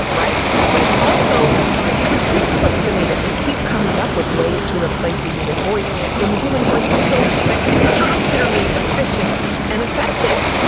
but it's also, it's ridiculous to me that we keep coming up with ways to replace the human voice when the human voice is so spectacularly efficient and effective.